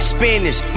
Spanish